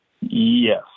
Yes